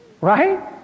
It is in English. right